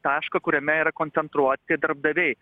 tašką kuriame yra koncentruoti darbdaviai